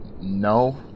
no